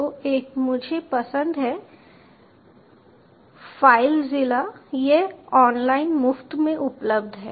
तो एक मुझे पसंद है फाइलझीला यह ऑनलाइन मुफ़्त में उपलब्ध है